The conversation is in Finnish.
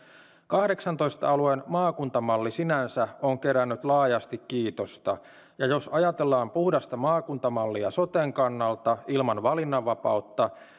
kahdeksaantoista alueen maakuntamalli sinänsä on kerännyt laajasti kiitosta ja jos ajatellaan puhdasta maakuntamallia soten kannalta ilman valinnanvapautta